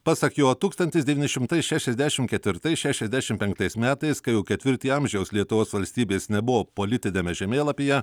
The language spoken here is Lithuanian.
pasak jo tūkstantis devyni šimtai šešiasdešimt ketvirtais šešiasdešimt penktais metais kai jau ketvirtį amžiaus lietuvos valstybės nebuvo politiniame žemėlapyje